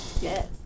Yes